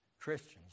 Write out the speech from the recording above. Christians